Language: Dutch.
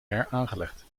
heraangelegd